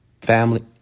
family